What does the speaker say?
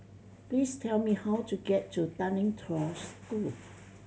please tell me how to get to Tanglin Trust School